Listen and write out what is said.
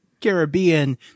Caribbean